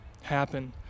happen